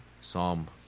Psalm